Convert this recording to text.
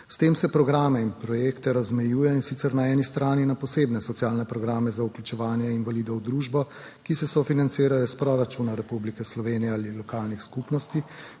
S tem se programe in projekte razmejuje, in sicer na eni strani na posebne socialne programe za vključevanje invalidov v družbo, ki se sofinancirajo iz proračuna Republike Slovenije ali lokalnih skupnosti